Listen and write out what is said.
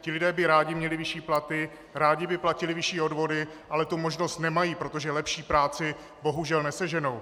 Ti lidé by rádi měli vyšší platy, rádi by platili vyšší odvody, ale tu možnost nemají, protože lepší práci bohužel neseženou.